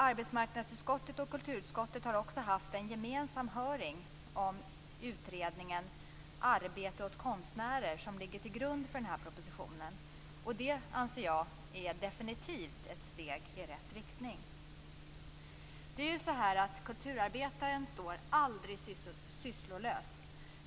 Arbetsmarknadsutskottet och kulturutskottet har också haft en gemensam hearing om utredningen Arbete åt konstnärer som ligger till grund för propositionen. Det är definitivt ett steg i rätt riktning, anser jag. Kulturarbetaren står aldrig sysslolös.